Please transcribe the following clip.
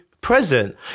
present